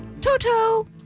Toto